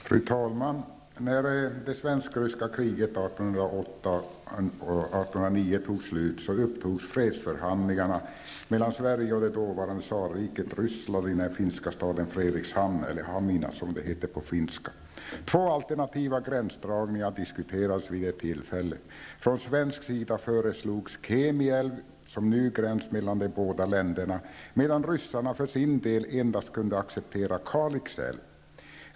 Fru talman! När det svensk-ryska kriget 1808--1809 Sverige och det dåvarande tsarriket Ryssland i den finska staden Fredrikshamn, eller Hamina som den heter på finska. Två alternativa gränsdragningar diskuterades vid det tillfället. Från svensk sida föreslogs Kemi älv som ny gräns mellan de båda länderna, medan ryssarna för sin del endast kunde acceptera Kalix älv.